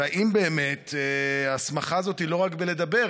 האם באמת ההסמכה הזאת היא לא רק לדבר?